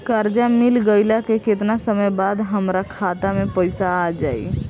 कर्जा मिल गईला के केतना समय बाद हमरा खाता मे पैसा आ जायी?